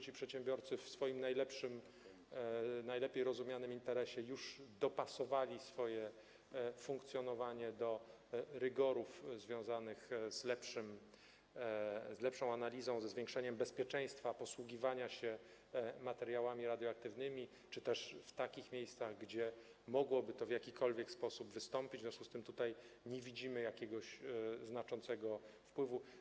Ci przedsiębiorcy w swoim najlepiej rozumianym interesie już dopasowali swoje funkcjonowanie do rygorów związanych z lepszą analizą, ze zwiększeniem bezpieczeństwa posługiwania się materiałami radioaktywnymi, też w takich miejscach, gdzie mogłoby to w jakikolwiek sposób wystąpić, w związku z tym nie widzimy jakiegoś znaczącego wpływu.